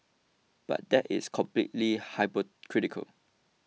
but that is completely hypocritical